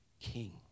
king